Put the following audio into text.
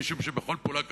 משום שכל פעולה כזאת,